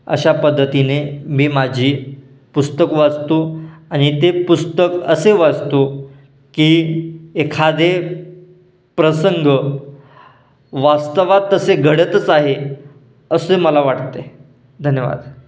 अशा पद्धतीने मी माझी पुस्तक वाचतो आणि ते पुस्तक असे वाचतो की एखादे प्रसंग वास्तवात तसे घडतच आहे असे मला वाटते धन्यवाद